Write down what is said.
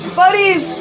buddies